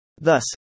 Thus